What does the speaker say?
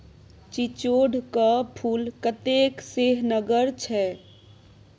चिचोढ़ क फूल कतेक सेहनगर छै